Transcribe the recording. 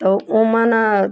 तो ओ में न